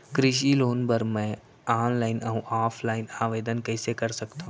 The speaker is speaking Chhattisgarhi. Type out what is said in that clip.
कृषि लोन बर मैं ऑनलाइन अऊ ऑफलाइन आवेदन कइसे कर सकथव?